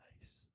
Nice